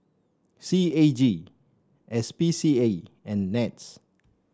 C A G S P C A and NETS